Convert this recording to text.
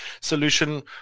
solution